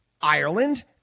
ireland